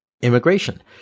Immigration